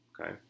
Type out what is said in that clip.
okay